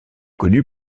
connu